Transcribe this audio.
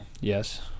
Yes